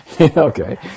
Okay